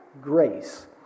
grace